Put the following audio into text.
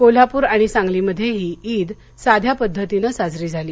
कोल्हापूर आणि सांगलीमध्येही ईद साध्या पद्धतीनं साजरी झाली